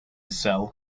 cell